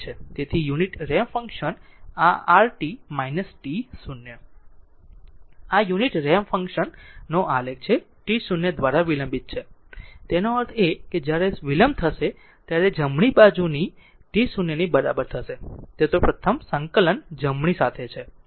તેથી unit ramp function અને આ rt t0 આ યુનિટ રેમ્પ ફંક્શન નું આલેખ છે t0 દ્વારા વિલંબ તેનો અર્થ એ કે જ્યારે વિલંબ થશે ત્યારે તે જમણી બાજુની બાજુએ t 0 ની બરાબર હશે તે પ્રથમ સંકલન જમણી સાથે છે